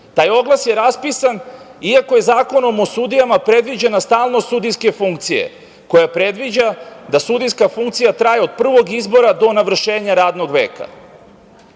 Taj oglas je raspisan iako je Zakonom o sudijama predviđena stalnost sudijske funkcije, koja predviđa da sudijska funkcija traje od prvog izbora do navršenja radnog